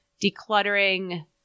decluttering